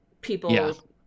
people